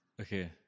Okay